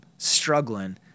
struggling